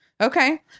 Okay